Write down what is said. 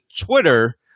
Twitter